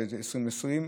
ב-2020.